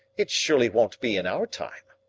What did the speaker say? it surely won't be in our time.